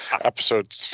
episode